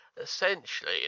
essentially